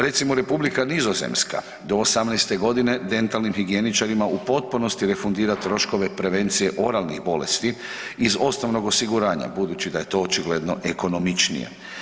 Recimo Republika Nizozemska do 18.g. dentalnim higijeničarima u potpunosti refundira troškove prevencije oralnih bolesti iz osnovnog osiguranja budući da je to očigledno ekonomičnije.